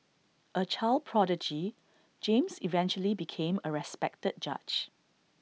A child prodigy James eventually became A respected judge